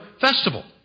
festival